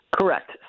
Correct